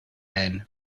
and